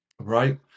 right